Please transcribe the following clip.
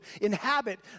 inhabit